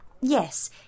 Yes